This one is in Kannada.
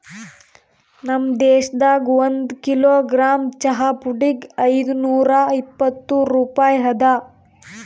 ನಮ್ ದೇಶದಾಗ್ ಒಂದು ಕಿಲೋಗ್ರಾಮ್ ಚಹಾ ಪುಡಿಗ್ ಐದು ನೂರಾ ಇಪ್ಪತ್ತು ರೂಪಾಯಿ ಅದಾ